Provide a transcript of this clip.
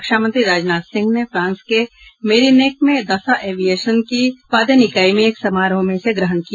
रक्षामंत्री राजनाथ सिंह ने फ्रांस के मेरीनेक में दसां एविऐशन की उत्पादन इकाई में एक समारोह में इसे ग्रहण किया